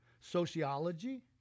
sociology